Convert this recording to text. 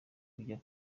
ujya